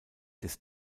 des